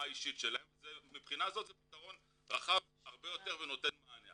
האישית שלהם ומהבחינה הזאת זה פתרון רחב הרבה יותר ונותן מענה.